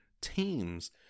teams